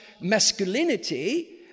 masculinity